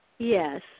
Yes